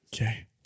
okay